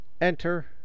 Enter